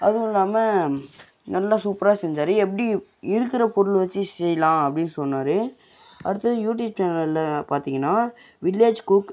அதுவுல்லாமல் நல்லா சூப்பரா செஞ்சார் எப்படி இருக்கிற பொருள் வச்சே செய்யலாம் அப்படின்னு சொன்னார் அடுத்தது யூடியூப் சேனலில் பார்த்தீங்கன்னா வில்லேஜ் குக்